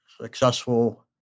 successful